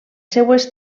seues